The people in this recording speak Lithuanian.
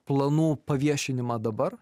planų paviešinimą dabar